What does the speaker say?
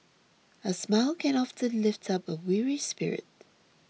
a smile can often lift up a weary spirit